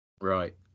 Right